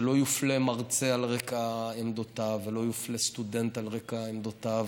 שלא יופלה מרצה על רקע עמדותיו ולא יופלה סטודנט על רקע עמדותיו,